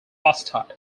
hostile